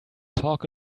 talk